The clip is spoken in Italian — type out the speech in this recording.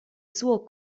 suo